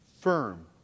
firm